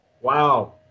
Wow